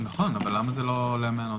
למה זה לא עולה מהנוסח?